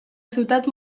ciutat